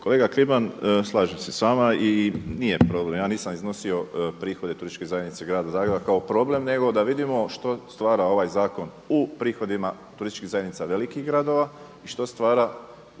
Kolega Kliman, slažem se sa vama i nije problem. Ja nisam iznosio prihode Turističke prihode grada Zagreba kao problem, nego da vidimo što stvara ovaj zakon u prihodima turističkih zajednica velikih gradova i što stvara